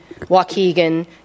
Waukegan